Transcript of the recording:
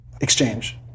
exchange